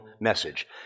message